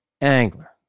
angler